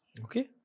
Okay